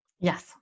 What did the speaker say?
yes